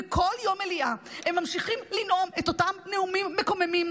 ובכל יום מליאה הם ממשיכים לנאום את אותם נאומים מקוממים,